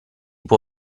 può